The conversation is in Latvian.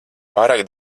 pārāk